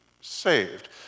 saved